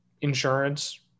insurance